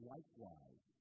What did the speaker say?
Likewise